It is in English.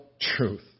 truth